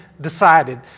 decided